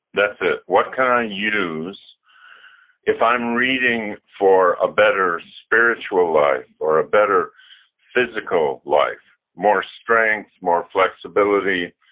that's it. what can i use if i'm reading for a better spiritual life or a better physical life, more strength, more flexibility.